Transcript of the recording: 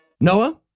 Noah